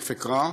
ותכף אקרא.